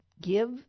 give